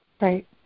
Right